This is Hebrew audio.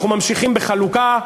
אנחנו ממשיכים בחלוקה,